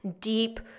deep